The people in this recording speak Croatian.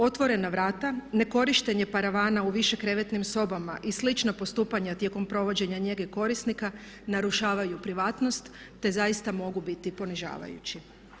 Otvorena vrata, nekorištenje paravana u više krevetnim sobama i slična postupanja tijekom provođenja njege korisnika narušavaju privatnost, te zaista mogu biti ponižavajući.